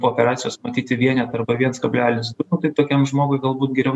po operacijos matyti vienetą arba viens kablelis nu kaip tokiam žmogui galbūt geriau